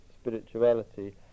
spirituality